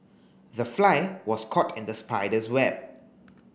the fly was caught in the spider's web